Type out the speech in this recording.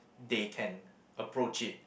they can approach it